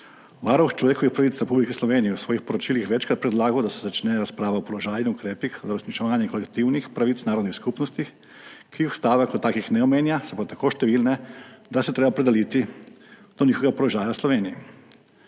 Varuh človekovih pravic Republike Slovenije je v svojih poročilih večkrat predlagal, da se začne razprava o položaju in ukrepih za uresničevanje kolektivnih pravic narodnih skupnosti, ki jih ustava kot takih ne omenja, so pa tako številne, da se je treba opredeliti do njihovega položaja v Sloveniji.